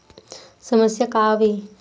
समस्या का आवे?